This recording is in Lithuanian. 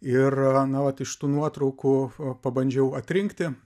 ir na vat iš tų nuotraukų pabandžiau atrinkti